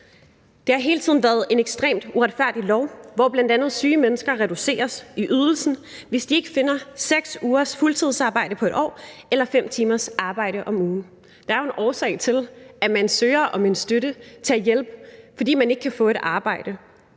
Det har hele tiden været en ekstremt uretfærdig lov, hvor bl.a. syge mennesker reduceres i ydelsen, hvis de ikke finder 6 ugers fuldtidsarbejde på 1 år eller 5 timers arbejde om ugen. Der er jo en årsag til, at man søger om støtte og hjælp. Det er, fordi man ikke kan få et arbejde,